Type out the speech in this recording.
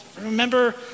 remember